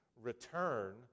return